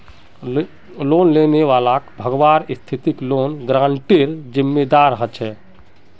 loan लेने वालाक भगवार स्थितित लोन गारंटरेर जिम्मेदार ह बे